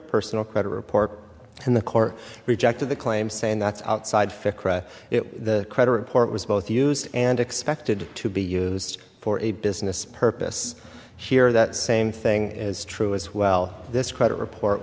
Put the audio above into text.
personal credit report and the court rejected the claim saying that's outside it the credit report was both used and expected to be used for a business purpose here that same thing is true as well this credit report